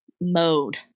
mode